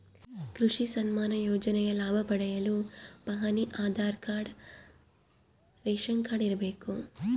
ಕೃಷಿ ಸನ್ಮಾನ್ ಯೋಜನೆಯ ಲಾಭ ಪಡೆಯಲು ಪಹಣಿ ಆಧಾರ್ ಕಾರ್ಡ್ ರೇಷನ್ ಕಾರ್ಡ್ ಇರಬೇಕು